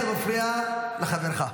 אתה מפריע לחברך.